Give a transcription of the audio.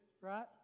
right